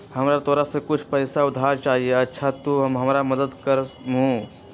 हमरा तोरा से कुछ पैसा उधार चहिए, अच्छा तूम हमरा मदद कर मूह?